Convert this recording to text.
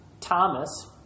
Thomas